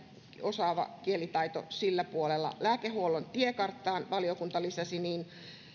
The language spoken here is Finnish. osaava kielitaito voidaan sillä puolella turvata lääkehuollon tiekarttaan valiokunta lisäsi niin